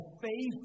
faith